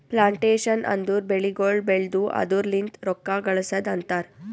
plantation ಅಂದುರ್ ಬೆಳಿಗೊಳ್ ಬೆಳ್ದು ಅದುರ್ ಲಿಂತ್ ರೊಕ್ಕ ಗಳಸದ್ ಅಂತರ್